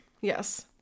Yes